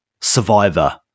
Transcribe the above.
Survivor